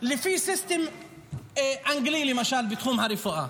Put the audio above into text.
לפי סיסטם אנגלי, למשל, בתחום הרפואה.